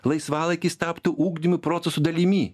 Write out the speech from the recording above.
laisvalaikis taptų ugdymo proceso dalimi